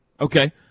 Okay